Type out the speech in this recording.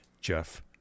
Jeff